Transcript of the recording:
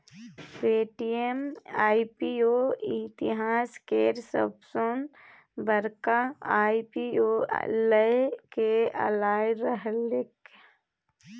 Paytm IPO इतिहास केर सबसॅ बड़का आई.पी.ओ लए केँ आएल रहैक